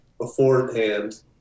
beforehand